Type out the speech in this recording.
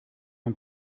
own